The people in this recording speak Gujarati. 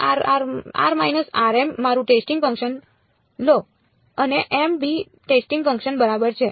તો આ મારું ટેસ્ટિંગ ફંક્શન લો અને m મી ટેસ્ટિંગ ફંક્શન બરાબર છે